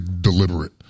deliberate